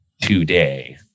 today